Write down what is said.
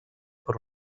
per